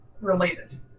related